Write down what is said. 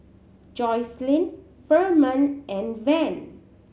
Jocelynn Firman and Van